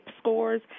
scores